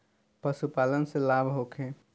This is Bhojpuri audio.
पशु पालन से लाभ होखे?